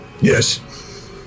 Yes